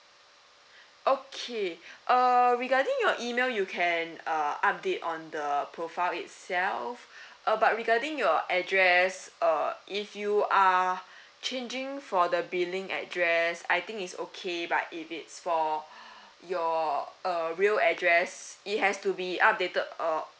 okay uh regarding your email you can uh update on the profile itself uh but regarding your address uh if you are changing for the billing address I think it's okay but if it's for your uh real address it has to be updated uh